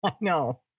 No